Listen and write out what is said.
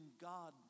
God